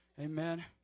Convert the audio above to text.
Amen